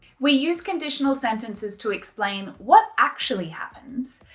we use conditional sentences to explain what actually happens,